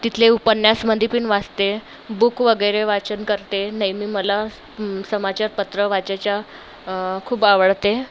तिथले उपन्यासमध्येपण वाचते बुक वगैरे वाचन करते नेहमी मला समाचार पत्र वाचायचा खूप आवडते